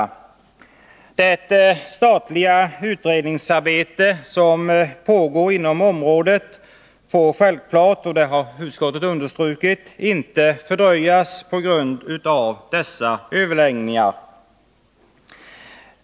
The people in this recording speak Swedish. Det statliga utredningsarbete som pågår inom området får självklart inte — och det har utskottet understrukit — fördröjas på grund av dessa överläggningar.